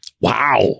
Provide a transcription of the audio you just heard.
wow